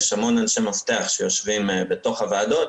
יש המון אנשי מפתח שיושבים בתוך הוועדות,